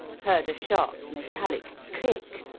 heard a sharp, metallic click,